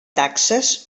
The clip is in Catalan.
taxes